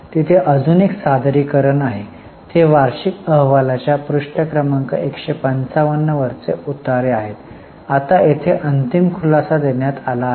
तिथे अजून एक सादरीकरण आहे ते वार्षिक अहवालाच्या पृष्ठ क्रमांक 155 वरचे उतारे आहेत आता येथे अंतिम खुलासा देण्यात आला आहे